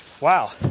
Wow